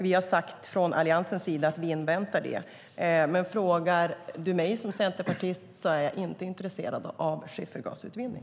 Vi i Alliansen har sagt att vi inväntar utredningen. Men frågar du mig som centerpartist, så är jag inte intresserad av skiffergasutvinning.